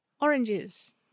Oranges